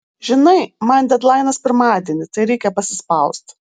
žinai man dedlainas pirmadienį tai reikia pasispaust